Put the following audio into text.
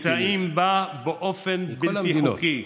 ונמצאים בה באופן בלתי חוקי.